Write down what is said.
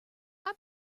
our